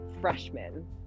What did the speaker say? freshmen